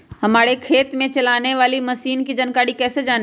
हमारे खेत में चलाने वाली मशीन की जानकारी कैसे जाने?